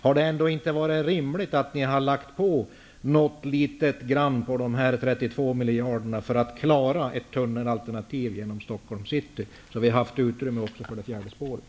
Hade det inte varit rimligt att ni hade lagt på något litet gram på de här 32 miljarderna för att klara ett tunnelalternativ genom Stockholms city, så att vi också hade haft utrymme för det fjärde spåret?